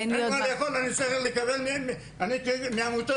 אני צריך לקבל מעמותות?